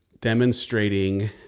demonstrating